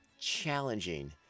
challenging